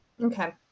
Okay